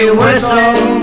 whistle